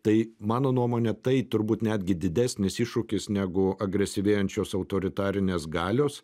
tai mano nuomone tai turbūt netgi didesnis iššūkis negu agresyvėjančios autoritarinės galios